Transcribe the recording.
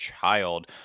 child